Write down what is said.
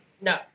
No